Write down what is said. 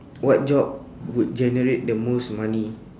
what job would generate the most money